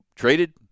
Traded